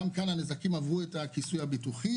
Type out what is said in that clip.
גם כאן הנזקים עברו את הכיסוי הביטוחי